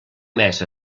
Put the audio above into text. més